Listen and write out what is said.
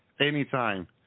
anytime